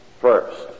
First